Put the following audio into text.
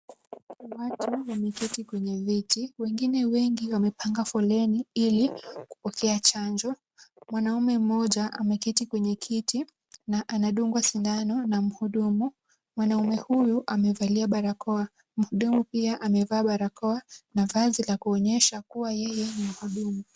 Watu wameketi kwenye viti. Wengine wengi wamepanga foleni ili kupokea chanjo. Mwanaume mmoja ameketi kwenye kiti na anadungwa sindano na mhudumu. Mwanaume huyu amevalia barakoa. Mhudumu pia amevaa barakoa na vazi la kuonyesha kuwa yeye ni mhudumu.